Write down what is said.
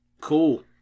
Cool